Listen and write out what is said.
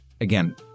again